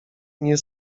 nie